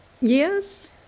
yes